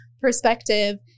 perspective